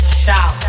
shout